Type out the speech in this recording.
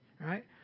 right